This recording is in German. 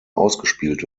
ausgespielt